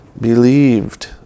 believed